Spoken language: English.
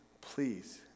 please